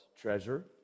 treasure